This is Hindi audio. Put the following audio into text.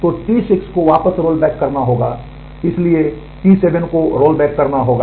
तो T6 को वापस रोल करना होगा इसलिए T7 को वापस रोल करना होगा